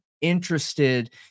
interested